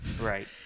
right